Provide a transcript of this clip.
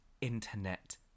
internet